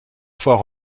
fois